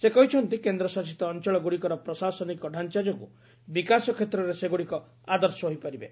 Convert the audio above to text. ସେ କହିଛନ୍ତି କେନ୍ଦ୍ରଶାସିତ ଅଞ୍ଚଳଗୁଡ଼ିକର ପ୍ରଶାସନିକ ଡାଞ୍ଚା ଯୋଗୁଁ ବିକାଶ କ୍ଷେତ୍ରରେ ସେଗୁଡ଼ିକ ଆଦର୍ଶ ହୋଇପାରିବେ